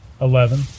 Eleven